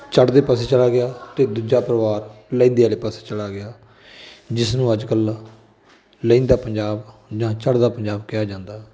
ਚੜ੍ਹਦੇ ਪਾਸੇ ਚਲਾ ਗਿਆ ਅਤੇ ਦੂਜਾ ਪਰਿਵਾਰ ਲਹਿੰਦੇ ਵਾਲੇ ਪਾਸੇ ਚਲਾ ਗਿਆ ਜਿਸ ਨੂੰ ਅੱਜ ਕੱਲ੍ਹ ਲਹਿੰਦਾ ਪੰਜਾਬ ਜਾਂ ਚੜ੍ਹਦਾ ਪੰਜਾਬ ਕਿਹਾ ਜਾਂਦਾ